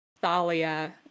Thalia